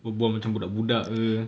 berbual macam budak-budak ke